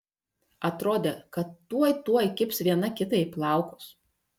atrodė kad tuoj tuoj kibs viena kitai į plaukus